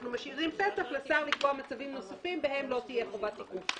אנחנו משאירים פתח לשר לקבוע מצבים נוספים שבהם לא תהיה חובת תיקוף,